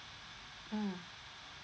mm